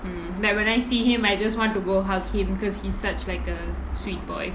mm like when I see him I just want to go hug him because he's such like a sweet boy